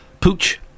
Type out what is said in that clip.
pooch